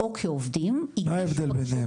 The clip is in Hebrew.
או כעובדים --- מה ההבדל ביניהם?